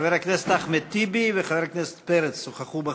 חבר הכנסת אחמד טיבי וחבר הכנסת פרץ שוחחו בחוץ.